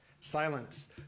silence